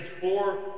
four